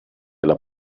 alla